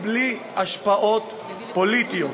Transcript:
בלי השפעות פוליטיות.